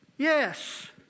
Yes